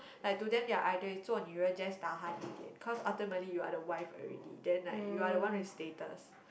like to them their idea is 做女人 just tahan 一点 cause ultimately you are the wife already then like you are the one with status